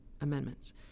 amendments